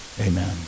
Amen